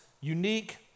unique